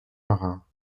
marins